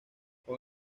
con